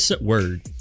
Word